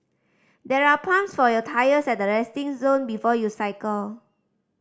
there are pumps for your tyres at the resting zone before you cycle